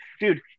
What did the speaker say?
Dude